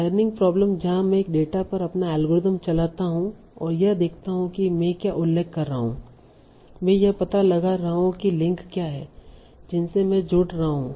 learning problem जहां मैं एक डेटा पर अपना एल्गोरिथ्म चलाता हूं और यह देखता हूं कि मैं क्या उल्लेख कर रहा हूं मैं यह पता लगा रहा हूं कि लिंक क्या हैं जिनसे मैं जुड़ रहा हूं